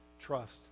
trust